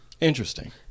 Interesting